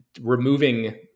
removing